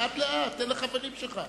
לאט לאט, תן לחברים שלך.